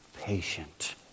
patient